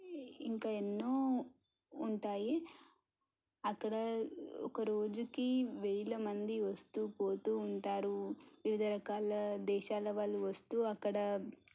ఇంకా ఎన్నో ఉంటాయి అక్కడ ఒక రోజుకి వేల మంది వస్తూ పోతూ ఉంటారు వివిధ రకాల దేశాల వాళ్ళు వస్తూ అక్కడ